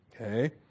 Okay